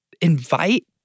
invite